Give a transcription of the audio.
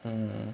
uh